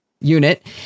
unit